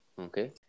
Okay